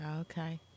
okay